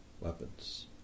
weapons